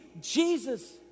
Jesus